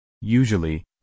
Usually